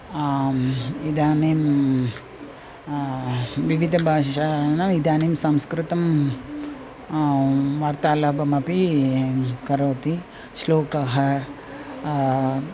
इदानीं विविधभाषाणां इदानीं संस्कृतं वार्तालापं अपि करोति श्लोकः